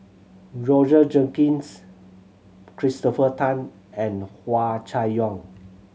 Roger Jenkins Christopher Tan and Hua Chai Yong